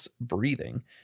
Breathing